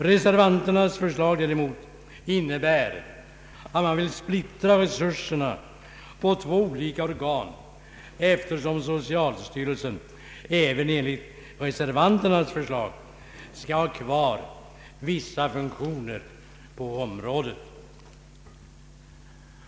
Reservanternas förslag däremot innebär en splittring av resurserna på två olika organ, eftersom socialstyrelsen även en ligt reservanternas förslag skall ha kvar vissa funktioner på området.